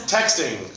Texting